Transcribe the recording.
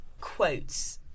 quotes